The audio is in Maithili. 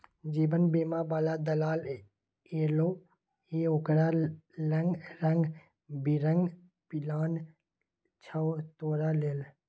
जीवन बीमा बला दलाल एलौ ये ओकरा लंग रंग बिरंग पिलान छौ तोरा लेल